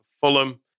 Fulham